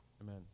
Amen